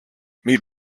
meat